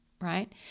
right